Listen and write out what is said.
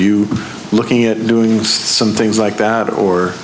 you looking at doing some things like that or